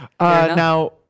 Now